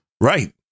Right